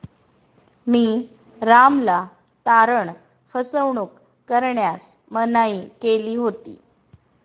मी रामला तारण फसवणूक करण्यास मनाई केली होती